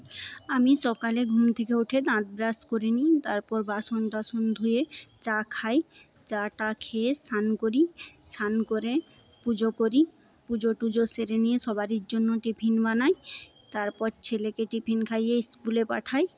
আমি সকালে ঘুম থেকে উঠে দাঁত ব্রাশ করে নিই তারপর বাসন টাসন ধুয়ে চা খাই চা টা খেয়ে স্নান করি স্নান করে পুজো করি পুজো টুজো সেরে নিয়ে সবারই জন্য টিফিন বানাই তারপর ছেলেকে টিফিন খাইয়ে স্কুলে পাঠাই